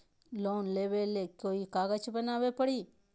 Loan लेबे ले कोई कागज बनाने परी?